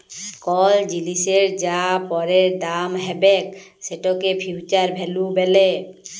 call জিলিসের যা পরের দাম হ্যবেক সেটকে ফিউচার ভ্যালু ব্যলে